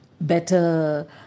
better